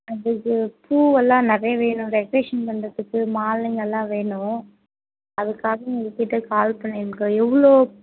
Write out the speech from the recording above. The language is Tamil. அதுக்கு பூவெல்லாம் நிறைய வேணும் டெக்கரேஷன் பண்ணுறதுக்கு மாலைங்கெல்லாம் வேணும் அதுக்காண்டி உங்கள் கிட்டே கால் பண்ணியிருக்கேன் எவ்வளோ